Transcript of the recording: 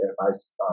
advice